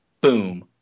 Boom